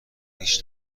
ریش